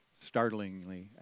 startlingly